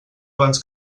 abans